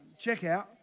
checkout